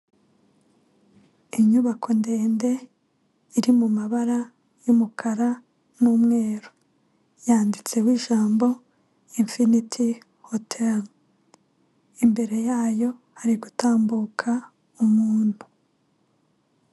Inyubako ndende iri mumabara y'umukara n'umweru yanditseho ijambo infiniti hoteli, imbere yayo hari gutambuka umuntu.